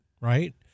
right